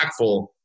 impactful